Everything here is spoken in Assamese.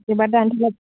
কিবা এটা